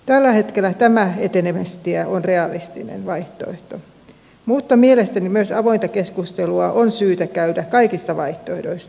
tällä hetkellä tämä etenemistie on realistinen vaihtoehto mutta mielestäni on myös syytä käydä avointa keskustelua kaikista vaihtoehdoista